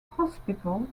hospital